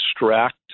extract